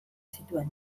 zituen